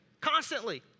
Constantly